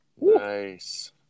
nice